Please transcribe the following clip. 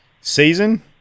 season